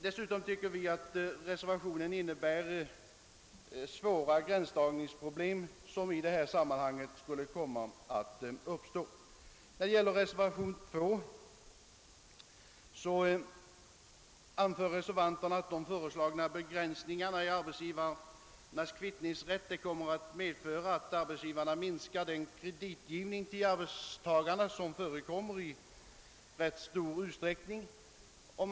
Dessutom tycker vi att reservationen innebär att svåra gränsdragningsproblem skulle kunna uppstå. Vad gäller reservation 2 anför reservanterna att de föreslagna begränsningarna i arbetsgivarnas kvittningsrätt kommer att medföra att arbetsgivarna minskar den kreditgivning till arbetstagarna som i rätt stor utsträckning förekommer.